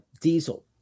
diesel